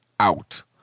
Out